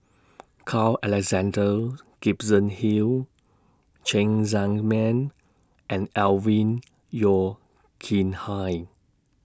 Carl Alexander Gibson Hill Cheng Tsang Man and Alvin Yeo Khirn Hai